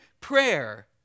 prayer